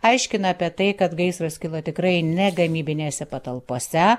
aiškina apie tai kad gaisras kilo tikrai ne gamybinėse patalpose